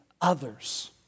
others